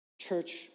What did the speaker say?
Church